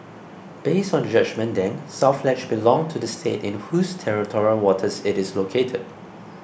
based on the judgement then South Ledge belonged to the state in whose territorial waters it is located